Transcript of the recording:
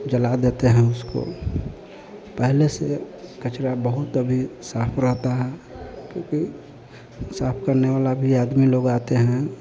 जला देते हैं उसको पहले से कचरा बहुत अभी साफ रहता है क्योंकि साफ करने वाला भी आदमी लोग आते हैं